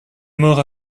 mort